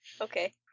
Okay